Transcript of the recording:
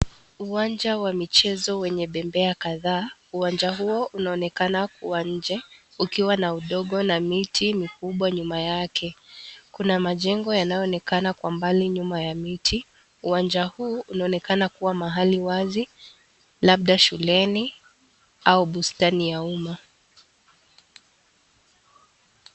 Uwanja wa michezo wenye bembea kadhaa, uwanja huo unaonekana kuwa nje ukiwa na udongo na miti mikubwa nyuma yake. Kuna majengo yanayoonekana kwa mbali nyuma ya miti, uwanja huu unaonekana kuwa mahali wazi labda shuleni au bustani ya umma.